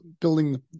building